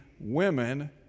women